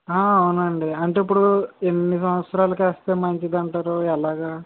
అవునా అండి అంటే ఇప్పుడు ఎన్ని సంవత్సరాలకి వేస్తే మంచిదంటారు ఎలాగా